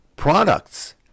products